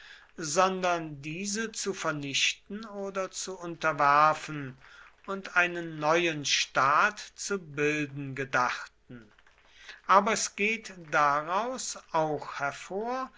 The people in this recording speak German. sondern diese zu vernichten oder zu unterwerfen und einen neuen staat zu bilden gedachten aber es geht daraus auch hervor